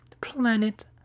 planet